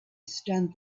stunned